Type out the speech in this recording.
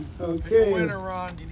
okay